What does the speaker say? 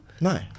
no